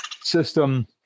system